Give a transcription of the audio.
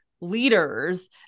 leaders